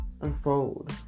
unfold